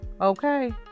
Okay